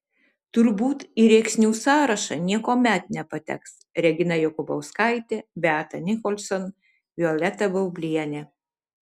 turbūt į rėksnių sąrašą niekuomet nepateks regina jokubauskaitė beata nicholson violeta baublienė